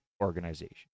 organization